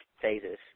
phases